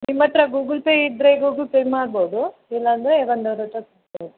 ನಿಮ್ಮಹತ್ರ Google Pay ಇದ್ರೆ Google Pay ಮಾಡ್ಬೋದು ಇಲ್ಲಾಂದರೆ ಬಂದವ್ರಹತ್ರ ಕೋಡ್ಬೋದು